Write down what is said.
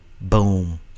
Boom